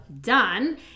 done